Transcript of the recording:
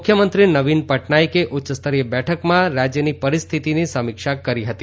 મુખ્યમંત્રી નવિન પટનાયકે ઉચ્ચસ્તરીય બેઠકમાં રાજ્યની પરિસ્થિતિની સમીક્ષા કરી હતી